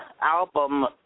album